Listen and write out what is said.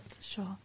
Sure